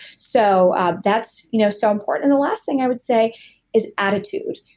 so um that's you know so important the last thing i would say is attitude.